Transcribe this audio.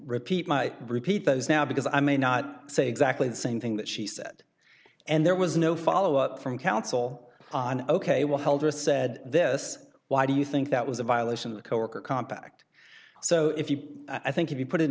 repeat as now because i may not say exactly the same thing that she said and there was no follow up from counsel on ok well hell just said this why do you think that was a violation of the coworker compact so if you i think if you put it